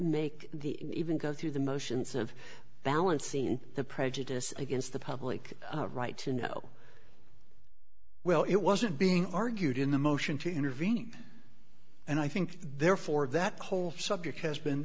make the even go through the motions of the unseen the prejudice against the public right to know well it wasn't being argued in the motion to intervene and i think therefore that whole subject has been